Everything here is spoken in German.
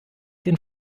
den